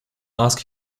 ask